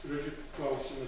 žodžiu klausimas